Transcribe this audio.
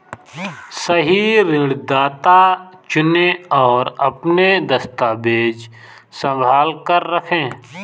सही ऋणदाता चुनें, और अपने दस्तावेज़ संभाल कर रखें